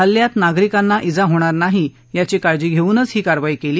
हल्ल्यात नागरिकांना इजा होणार नाही याची काळजी घेऊन ही कारवाई केली